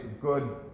good